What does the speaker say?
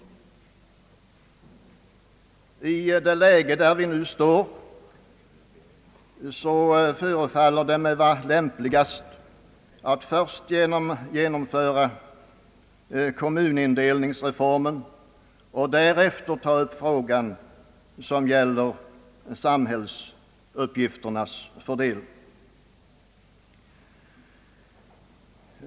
I nuvarande läge förefaller det mig vara lämpligast att först genomföra kommunindelningsreformen och därefter ta upp frågor som gäller samhällsuppgifternas fördelning.